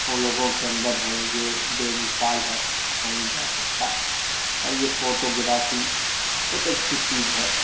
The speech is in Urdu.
ہم لوگوں کے اندر ہے یہ بےمثال ہے کہا نہیں جا سکتا اور یہ فوٹو گرافی بہت اچھی چیز ہے